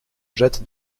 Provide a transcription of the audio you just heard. jette